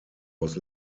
was